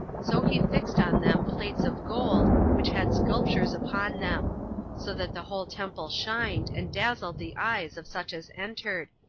so he fixed on them plates of gold, which had sculptures upon them so that the whole temple shined, and dazzled the eyes of such as entered,